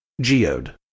geode